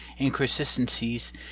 inconsistencies